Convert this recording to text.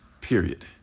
Period